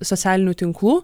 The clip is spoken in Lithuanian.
socialinių tinklų